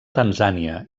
tanzània